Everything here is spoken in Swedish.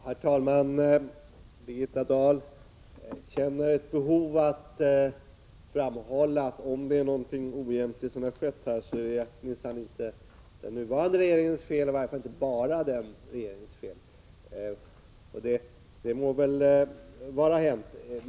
Herr talman! Birgitta Dahl känner ett behov av att framhålla att det, om det är något oegentligt som har skett, minsann inte är den nuvarande regeringens fel — i varje fall inte bara den regeringens fel. Det må vara hänt.